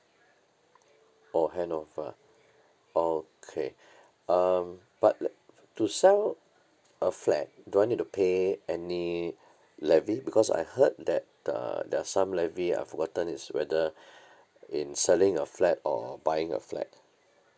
oh handover ah okay um but li~ to sell a flat do I need to pay any levy because I heard that uh there're some levy I've forgotten it's whether in selling a flat or buying a flat